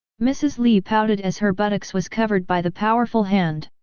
mrs. li pouted as her buttocks was covered by the powerful hand.